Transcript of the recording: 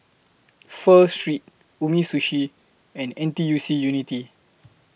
Pho Street Umisushi and N T U C Unity